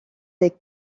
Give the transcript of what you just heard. des